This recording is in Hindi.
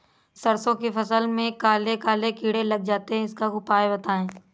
सरसो की फसल में काले काले कीड़े लग जाते इसका उपाय बताएं?